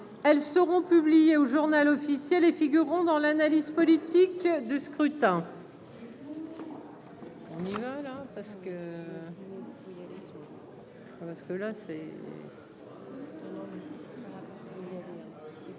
elles seront publiées au Journal officiel et figureront dans l'analyse politique de scrutin.